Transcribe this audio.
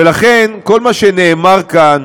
ולכן, כל מה שנאמר כאן